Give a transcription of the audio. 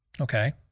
Okay